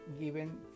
given